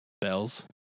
Bells